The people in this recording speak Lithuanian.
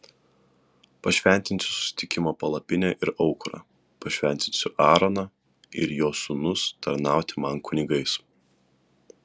pašventinsiu susitikimo palapinę ir aukurą pašventinsiu aaroną ir jo sūnus tarnauti man kunigais